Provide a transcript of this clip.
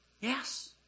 Yes